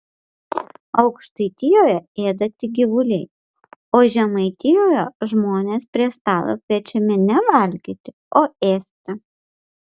aukštaitijoje ėda tik gyvuliai o žemaitijoje žmonės prie stalo kviečiami ne valgyti o ėsti